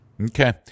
Okay